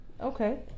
Okay